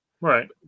Right